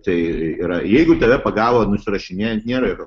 tai yra jeigu tave pagavo nusirašinėjant nėra jokio